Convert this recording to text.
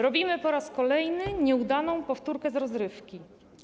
Robimy po raz kolejny nieudaną powtórkę z rozrywki.